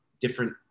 different